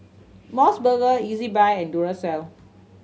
Mos Burger Ezbuy and Duracell